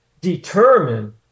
determine